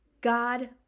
God